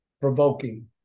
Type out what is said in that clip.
provoking